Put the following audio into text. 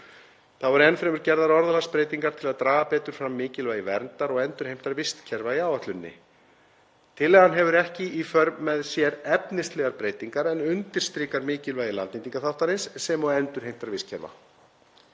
Þá eru enn fremur gerðar orðalagsbreytingar til að draga betur fram mikilvægi verndar og endurheimtar vistkerfa í áætluninni. Tillagan hefur ekki í för með sér efnislegar breytingar en undirstrikar mikilvægi landnýtingarþáttarins sem og endurheimtar vistkerfa.